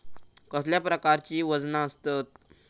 कसल्या प्रकारची वजना आसतत?